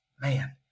man